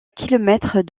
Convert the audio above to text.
kilomètres